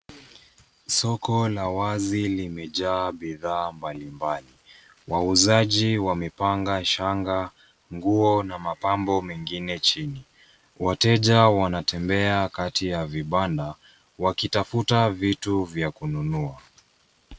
Soko la wazi limejaa bidhaa mbalimbali. Wauzaji wamepanga shanga, nguo na mapambo mengine chini. Wateja wanatembea kati ya vibanda wakitafuta vitu vya kununua.